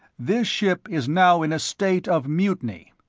this ship is now in a state of mutiny.